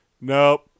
nope